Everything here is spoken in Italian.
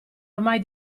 ormai